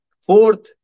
Fourth